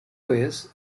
quiz